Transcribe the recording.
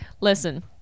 Listen